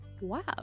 Wow